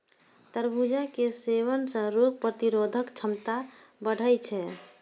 खरबूजा के सेवन सं रोग प्रतिरोधक क्षमता बढ़ै छै